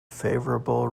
favorable